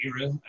era